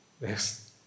Yes